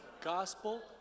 gospel